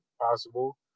possible